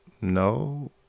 No